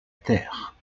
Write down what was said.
terre